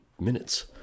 minutes